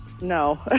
No